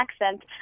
accent